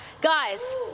Guys